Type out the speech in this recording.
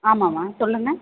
ஆமாம்மா சொல்லுங்க